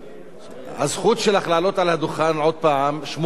הזכות שלך לעלות לדוכן עוד הפעם שמורה.